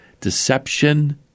deception